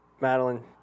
Madeline